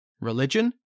religion